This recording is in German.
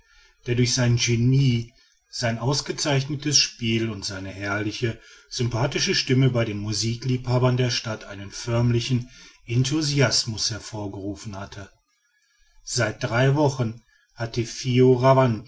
der durch sein genie sein ausgezeichnetes spiel und seine herrliche sympathische stimme bei den musikliebhabern der stadt einen förmlichen enthusiasmus hervorgerufen hatte seit drei wochen hatte